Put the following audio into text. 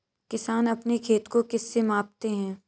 किसान अपने खेत को किससे मापते हैं?